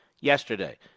yesterday